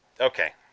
Okay